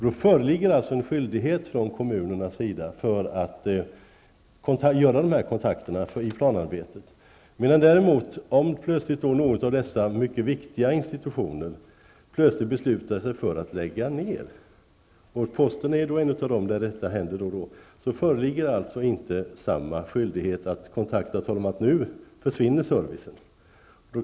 Då föreligger alltså en skyldighet från kommunernas sida att ta de kontakterna i planarbetet. Men om någon av dessa mycket viktiga institutioner plötsligt beslutar sig för att lägga ned -- när det gäller posten händer det då och då -- föreligger inte samma skyldighet att ta kontakt och tala om att servicen nu försvinner.